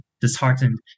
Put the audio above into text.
disheartened